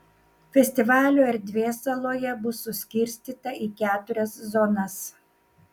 festivalio erdvė saloje bus suskirstyta į keturias zonas